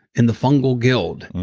in the fungal guild.